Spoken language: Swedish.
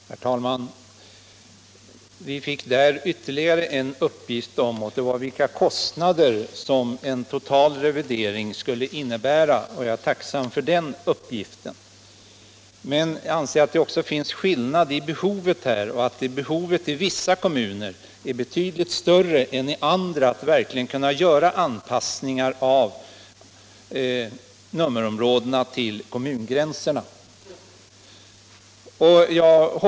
Om åtgärder för att Herr talman! Vi fick där ytterligare en uppgift på vilka kostnader en = trygga sysselsätttotal revidering skulle medföra. Jag är tacksam för den uppgiften. Men = ningen i Kisa jag anser att det också finns skillnader i behov och att behovet att verkligen kunna göra anpassningar av nummerområdena till kommungränserna i vissa kommuner är betydligt större än i andra.